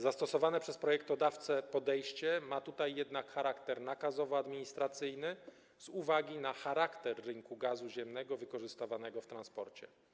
Zastosowane przez projektodawcę podejście ma tutaj jednak charakter nakazowo-administracyjny z uwagi na charakter rynku gazu ziemnego wykorzystywanego w transporcie.